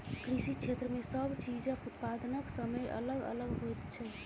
कृषि क्षेत्र मे सब चीजक उत्पादनक समय अलग अलग होइत छै